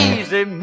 Easy